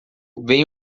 bem